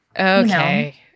Okay